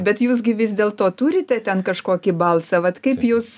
bet jūs gi vis dėlto turite ten kažkokį balsą vat kaip jūs